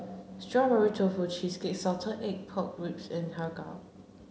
strawberry tofu cheesecake salted egg pork ribs and Har Kow